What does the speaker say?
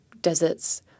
deserts